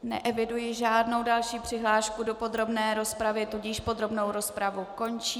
Neeviduji žádnou další přihlášku do podrobné rozpravy, tudíž podrobnou rozpravu končím.